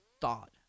thought